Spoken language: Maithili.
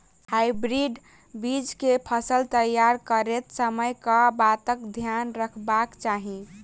हाइब्रिड बीज केँ फसल तैयार करैत समय कऽ बातक ध्यान रखबाक चाहि?